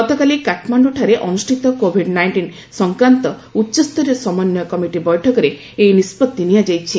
ଗତକାଲି କାଠମାଣ୍ଡୁଠାରେ ଅନୁଷ୍ଠିତ କୋଭିଡ୍ ନାଇଣ୍ଟିନ୍ ସଂକ୍ରାନ୍ତ ଉଚ୍ଚସ୍ତରୀୟ ସମନ୍ନୟ କମିଟି ବୈଠକରେ ଏହି ନିଷ୍ପଭି ନିଆଯାଇଛି